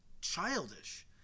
childish